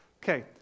okay